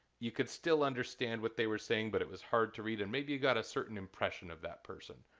you could still understand what they were saying, but it was hard to read and maybe you got a certain impression of that person.